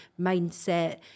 mindset